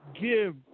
give